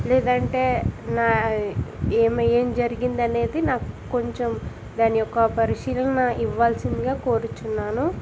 లేదంటే నా ఏమి ఏమి జరిగింది అనేది నాకు కొంచెం దాని యొక్క పరిశీలన ఇవ్వాల్సిందిగా కోరుతున్నాను